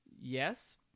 yes